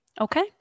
Okay